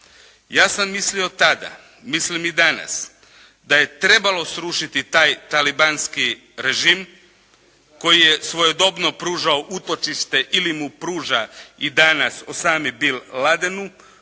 Ja sam mislio tada, mislim i danas da je trebalo srušiti taj talibanski režim koji je svojedobno pružao utočište ili mu pruža i danas Osami Bin Ladenu